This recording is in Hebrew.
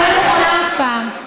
אני לא מוכנה אף פעם.